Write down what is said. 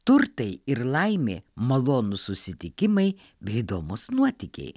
turtai ir laimė malonūs susitikimai bei įdomūs nuotykiai